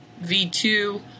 V2